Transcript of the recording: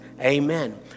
Amen